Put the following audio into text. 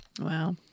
Wow